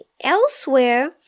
elsewhere